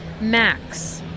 Max